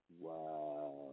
Wow